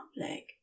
public